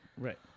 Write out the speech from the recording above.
Right